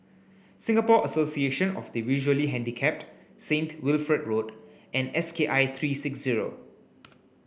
Singapore Association of the Visually Handicapped Saint Wilfred Road and S K I three six zero